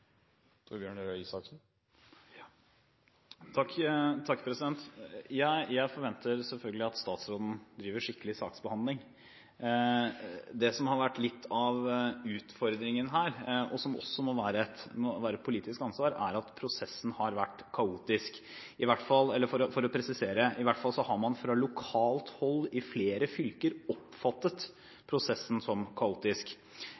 Jeg forventer selvfølgelig at statsråden driver skikkelig saksbehandling. Det som har vært litt av utfordringen her, og som også må være et politisk ansvar, er at prosessen har vært kaotisk. For å presisere, i hvert fall har man fra lokalt hold i flere fylker